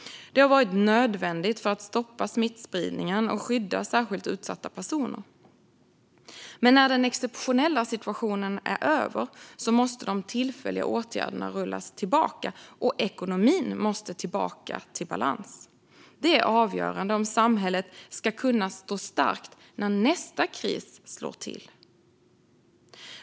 Det har varit nödvändigt för att stoppa smittspridningen och skydda särskilt utsatta personer. Men när den exceptionella situationen är över måste de tillfälliga åtgärderna rullas tillbaka, och ekonomin måste tillbaka till balans. Det är avgörande om samhället ska kunna stå starkt när nästa kris slår till.